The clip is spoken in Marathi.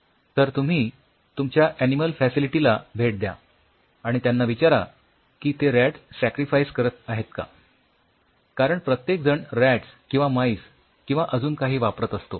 तर तुम्ही तुमच्या ऍनिमल फॅसिलिटी ला भेट द्या आणि त्यांना विचारा की ते रॅटस सक्रिफाईस करत आहेत का कारण प्रत्येक जण रॅटस किंवा माईस किंवा अजून काही वापरत असतो